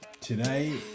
Today